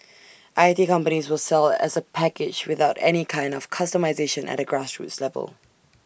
I T companies will sell as A package without any kind of customisation at A grassroots level